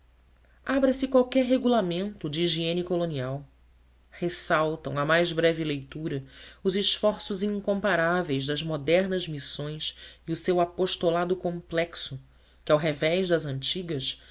abra se qualquer regulamento de higiene colonial ressaltam à mais breve leitura os esforços incomparáveis das modernas missões e o seu apostolado complexo que ao revés das antigas